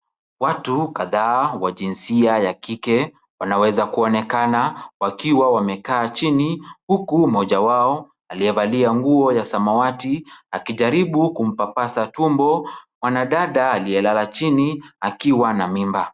Watu kadhaa wa jinsia ya kike, wanaweza kuonekana wakiwa wamekaa chini, huku mmoja wao aliyevalia nguo ya samawati, akijaribu kumpapasa tumbo mwanadada aliyelala chini, akiwa na mimba.